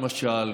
למשל,